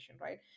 right